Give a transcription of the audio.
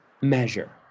measure